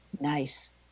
Nice